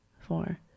four